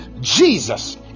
jesus